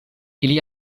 ili